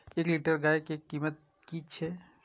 एक लीटर गाय के कीमत कि छै?